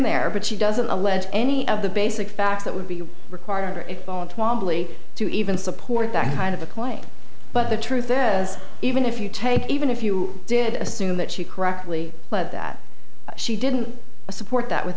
there but she doesn't allege any of the basic facts that would be required under its own twamley to even support that kind of a claim but the truth is even if you take even if you did assume that she correctly led that she didn't support that with